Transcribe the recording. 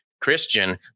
Christian